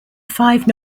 five